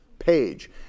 page